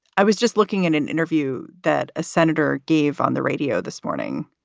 i was just looking at an interview that a senator gave on the radio this morning,